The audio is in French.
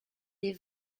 des